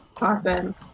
awesome